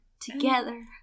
together